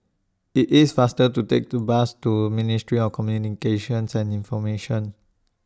IT IS faster to Take to Bus to Ministry of Communications and Information